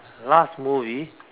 last movie